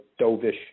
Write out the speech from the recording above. dovish